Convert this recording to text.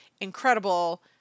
incredible